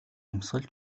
амьсгал